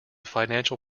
financial